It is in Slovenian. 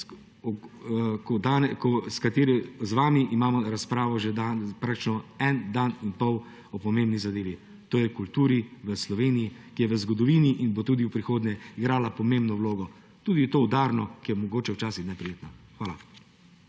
imamo z vami razpravo že praktično en dan in pol o pomembni zadevi, to je kulturi v Sloveniji, ki je v zgodovini in bo tudi v prihodnje igrala pomembno vlogo; tudi to udarno, ki je mogoče včasih neprijetna. Hvala.